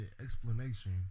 explanation